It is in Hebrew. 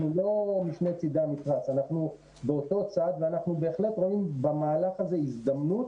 אנחנו באותו צד ואנחנו בהחלט רואים במהלך הזה הזדמנות